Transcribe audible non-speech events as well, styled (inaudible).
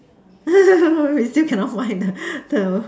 (laughs) we still cannot find the (breath) the